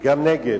וגם נגד,